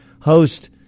host